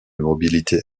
mobilité